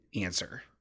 answer